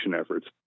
efforts